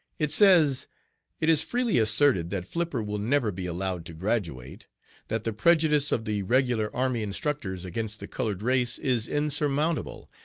it says it is freely asserted that flipper will never be allowed to graduate that the prejudice of the regular army instructors against the colored race is insurmountable,